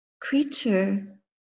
creature